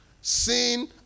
Sin